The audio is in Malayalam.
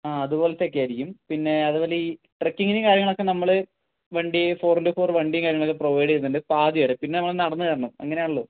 ആ അതുപോലെത്തെ ഒക്കെ ആയിരിക്കും പിന്നെ അതുപോലെ ഈ ട്രക്കിങ്ങിന് കാര്യങ്ങളൊക്കെ നമ്മൾ വണ്ടി ഫോർ ഇൻടു ഫോർ വണ്ടിയും കാര്യങ്ങളൊക്കെ പ്രൊവൈഡ് ചെയ്യുന്നുണ്ട് പാതിവരെ പിന്നെ നമ്മൾ നടന്നു കയറണം അങ്ങനെയാണല്ലോ